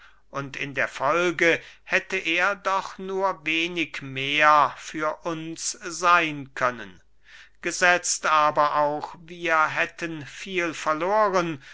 und in der folge hätte er doch nur wenig mehr für uns seyn können gesetzt aber auch wir hätten viel verloren